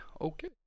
Okay